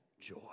joy